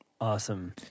Awesome